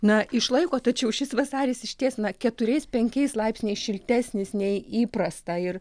na išlaiko tačiau šis vasaris išties na keturiais penkiais laipsniais šiltesnis nei įprasta ir